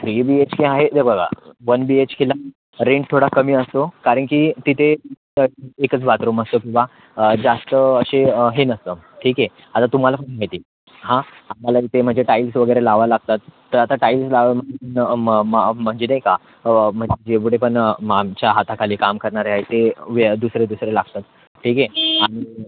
three B H K आहे तर बघा वन बी एच केला रेंट थोडा कमी असतो कारण की तिथे एकच बातरूम असतं किंवा जास्त असे हे नसतं ठीक आहे आता तुम्हाला पण माहिती आहे हा आम्हाला तिथे म्हणजे टाईल्स वगेरे लावायला लागतात तर आता टाईल्स लावा नं मं मं म्हणजे नाही का मग जेवढे पण आमच्या हाताखाली काम करणारे आहेत ते वेय दुसरे दुसरे लागतात ठीक आहे आणि